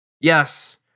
Yes